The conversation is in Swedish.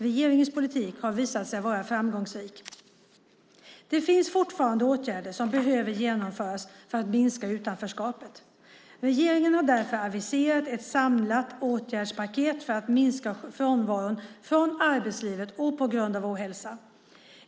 Regeringens politik har visat sig framgångsrik. Det finns fortfarande åtgärder som behöver genomföras för att minska utanförskapet. Regeringen har därför aviserat ett samlat åtgärdspaket för att minska frånvaron från arbetslivet på grund av ohälsa.